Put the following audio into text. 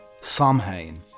Samhain